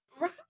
Right